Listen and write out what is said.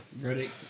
Ready